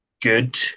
good